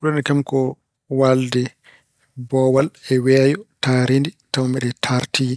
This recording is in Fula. Ɓurani kam ko waalde boowal, e weeyo, taariindi, tawa mbeɗe taartii